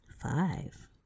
five